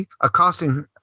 accosting